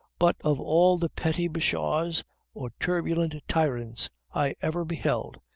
but of all the petty bashaws or turbulent tyrants i ever beheld,